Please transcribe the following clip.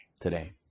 today